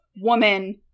woman